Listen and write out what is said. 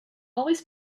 always